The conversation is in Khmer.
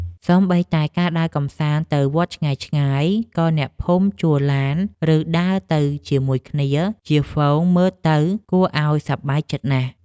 សូម្បីតែការដើរកម្សាន្តទៅវត្តឆ្ងាយៗ ក៏អ្នកភូមិជួលឡាន ឬដើរទៅជាមួយគ្នាជាហ្វូងមើលទៅគួរឱ្យសប្បាយចិត្តណាស់។